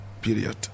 period